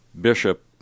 Bishop